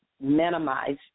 minimize